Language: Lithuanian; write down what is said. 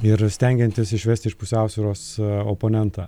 ir stengiantis išvesti iš pusiausvyros oponentą